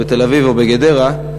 בתל-אביב או בגדרה.